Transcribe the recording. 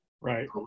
right